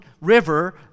River